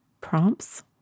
prompts